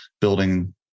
building